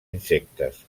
insectes